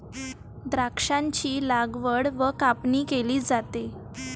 द्राक्षांची लागवड व कापणी केली जाते